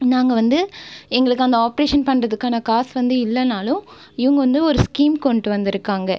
நாங்கள் வந்து எங்களுக்கு அந்த ஆப்ரேஷன் பண்ணுறதுக்கான காசு வந்து இல்லைனாலும் இவங்க வந்து ஒரு ஸ்கீம் கொண்டு வந்திருக்காங்க